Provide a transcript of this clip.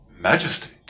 Majesty